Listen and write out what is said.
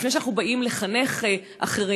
לפני שאנחנו באים לחנך אחרים,